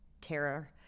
terror